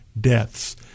deaths